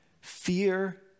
fear